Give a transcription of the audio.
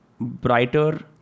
brighter